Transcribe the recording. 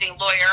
lawyer